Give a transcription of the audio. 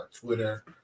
Twitter